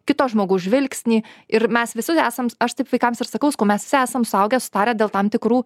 kito žmogaus žvilgsnį ir mes visi esam aš taip vaikams ir sakau mes visi esam suaugę sutarę dėl tam tikrų